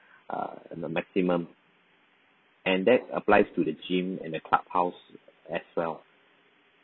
uh and the maximum and that applies to the gym and the clubhouse as well